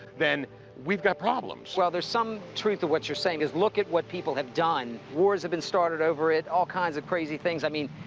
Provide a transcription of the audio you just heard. then we've got problems. well, there's some truth to what you're saying cause look at what people have done. wars have been started over it, all kinds of crazy things. i mean,